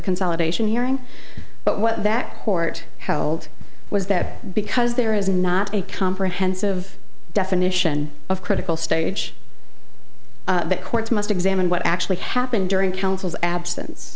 consolidation hearing but what that court how old was that because there is not a comprehensive definition of critical stage that courts must examine what actually happened during counsel's absence